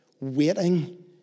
waiting